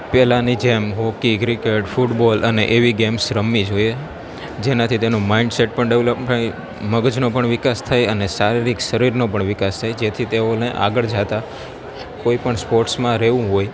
પહેલાની જેમ hockey cricket football અને એવી ગેમ્સ રમવી જોઈએ જેનાથી તેનું માઇન્ડસેટ પણ ડેવલોપ થાય મગજનો પણ વિકાસ થાય અને શારીરીક શરીરનો પણ વિકાસ થાય જેથી તેઓને આગળ જાતા કોઈપણ સ્પોર્ટ્સમાં રહેવું હોય